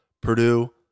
Purdue